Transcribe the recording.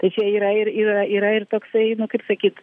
tai čia yra ir yra yra ir toksai nu kaip sakyt